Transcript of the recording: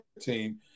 team